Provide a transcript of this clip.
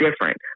different